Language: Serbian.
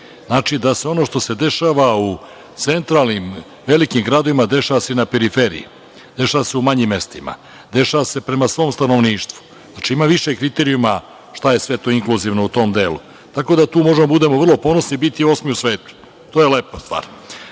da se ono što se dešava u centralnim velikim gradovima dešava i na periferiji, dešava se u manjim mestima, dešava se prema svom stanovništvu. Znači, ima više kriterijuma šta je sve to inkluzivno u tom delu. Tu možemo da budemo vrlo ponosni jer smo osmi u svetu. To je lepa stvar.